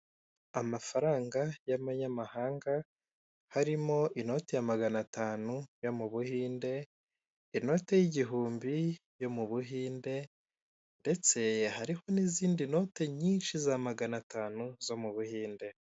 Amafaranga y'amanyamahanga harimo inote ya magana atanu yo mu buhinde inote y'igihumbi yo mu buhinde ndetse hariho n'izindi note nyinshi za magana atanu zo mu buhinde.